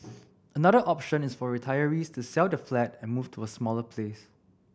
another option is for retirees to sell the flat and move to a smaller place